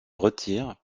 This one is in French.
retire